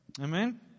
Amen